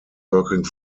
working